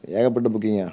ஏகப்பட்ட புக்கிங்கா